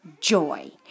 joy